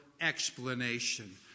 explanation